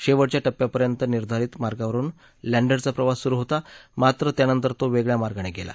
शेवटच्या टप्प्यापर्यंत निर्धारित मार्गावरुन लँडरचा प्रवास सुरु होता मात्र त्यानंतर तो वेगळया मार्गाने गेला